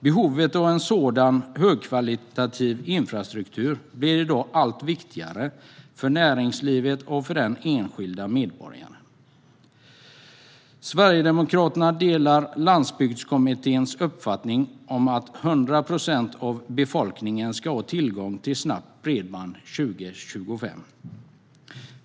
Högkvalitativ sådan infrastruktur blir i dag allt viktigare för näringslivet och den enskilda medborgaren. Sverigedemokraterna delar Landsbygdskommitténs uppfattning att 100 procent av befolkningen ska ha tillgång till snabbt bredband år 2025.